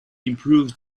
improves